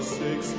six